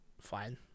Fine